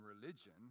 religion